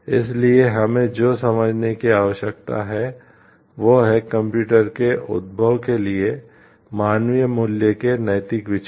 इसलिए हमें जो समझने की आवश्यकता है वह है कंप्यूटर के उद्भव के लिए मानवीय मूल्य के नैतिक विचार